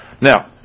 Now